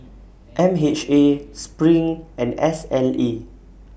M H A Sring and S L E